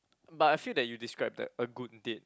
but I feel that you described the a good date